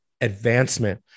advancement